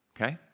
okay